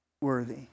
worthy